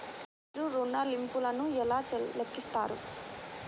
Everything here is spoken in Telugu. మీరు ఋణ ల్లింపులను ఎలా లెక్కిస్తారు?